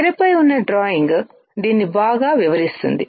తెరపై ఉన్న డ్రాయింగ్ దీన్ని బాగా వివరిస్తుంది